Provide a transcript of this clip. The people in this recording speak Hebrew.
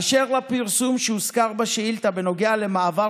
אשר לפרסום שהוזכר בשאילתה בנוגע למעבר